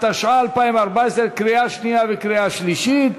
התשע"ה 2014, לקריאה שנייה ולקריאה שלישית.